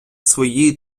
свої